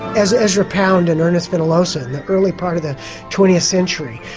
as ezra pound and ernest fenollosa, in the early part of the twentieth century,